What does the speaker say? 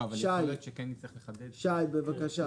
שי, שי בבקשה.